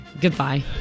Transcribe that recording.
Goodbye